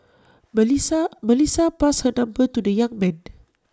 Melissa Melissa passed her number to the young man